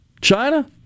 China